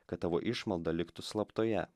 kad tavo išmalda liktų slaptoje